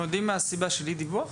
אנחנו יודעים מה הסיבה של אי דיווח?